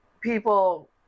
people